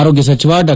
ಆರೋಗ್ಯ ಸಚಿವ ಡಾ